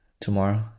tomorrow